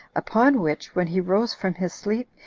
upon which, when he rose from his sleep,